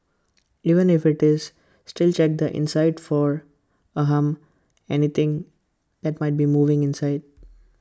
even if IT is still check the inside for ahem anything that might be moving inside